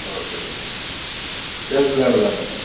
okay okay sir டேஸ்ட்டுலாம் நல்லாருக்குங்களா sir